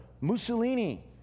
Mussolini